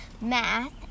math